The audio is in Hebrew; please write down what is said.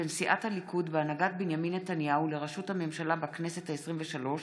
בין סיעת הליכוד בהנהגת בנימין נתניהו לראשות הממשלה בכנסת העשרים-ושלוש